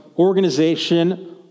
organization